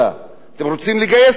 אתם רוצים לגייס לצבא,